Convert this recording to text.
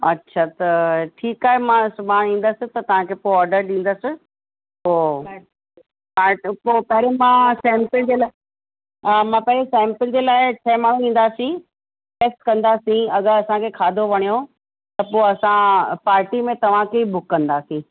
अच्छा त ठीकु आहे मां सुभाणे ईंदसि त तव्हांखे पोइ ऑडर ॾींदसि पोइ तव्हां वटि पोइ पहिरियूं मां सैंपिल जे लाइ मां पहिरीं सैंपिल जे लाइ छह माण्हू ईंदासीं चेक कंदासीं अगरि असांखे खाधो वणियो त पोइ असां पार्टी में तव्हांखे ई बुक कंदासीं